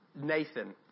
Nathan